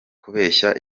kubeshya